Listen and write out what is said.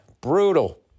Brutal